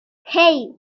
hey